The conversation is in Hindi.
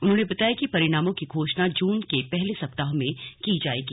उन्होंने बताया कि परिणामों की घोषणा जून के पहले सप्ताह में की जाएगी